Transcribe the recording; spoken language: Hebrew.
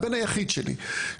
הבן היחיד שלי,